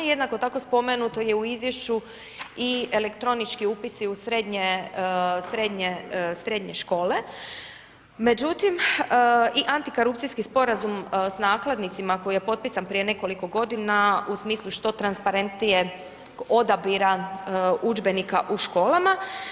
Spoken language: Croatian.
Jednako tako, spomenuto je u izvješću i elektronički upisi u srednje škole, međutim i antikorupcijski sporazum s nakladnicima koji je potpisan prije nekoliko godina u smislu što transparentnijeg odabira udžbenika u školama.